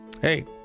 Hey